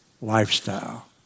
lifestyle